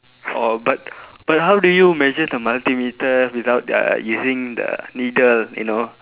oh but but how do you measure the multimeter without uh using the needle you know